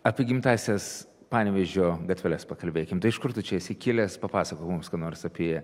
apie gimtąsias panevėžio gatveles pakalbėkim tai iš kur tu čia esi kilęs papasakok mums ką nors apie